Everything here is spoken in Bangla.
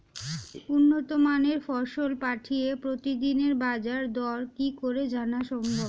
উন্নত মানের ফসল পাঠিয়ে প্রতিদিনের বাজার দর কি করে জানা সম্ভব?